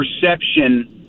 perception